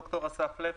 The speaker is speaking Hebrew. ד"ר אסף לוי,